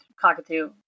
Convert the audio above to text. cockatoo